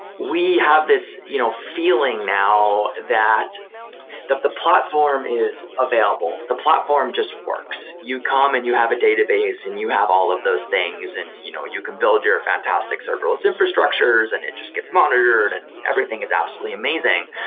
we have this you know feeling now that the the platform is available. the platform just works. you come and you have a database and you have all of those things and you know you can build your fantastic serverless infrastructures and it just gets monitored and everything is absolutely amazing.